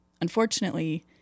Unfortunately